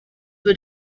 were